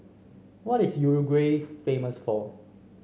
what is Uruguay famous for